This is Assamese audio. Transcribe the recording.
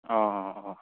অঁ অঁ অঁ